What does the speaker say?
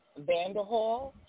Vanderhall